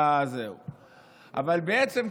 אבל בעצם,